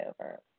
over